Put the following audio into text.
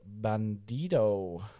Bandido